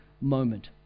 moment